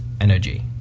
energy